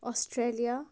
Australia